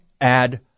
add